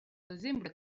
desembre